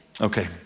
Okay